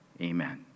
Amen